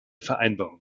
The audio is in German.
vereinbarung